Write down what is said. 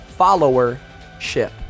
followership